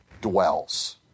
dwells